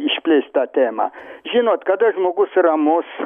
išplėst tą temą žinot kada žmogus ramus